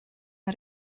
how